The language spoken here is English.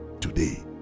Today